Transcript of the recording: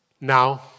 now